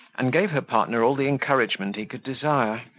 and gave her partner all the encouragement he could desire.